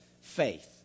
faith